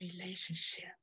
relationship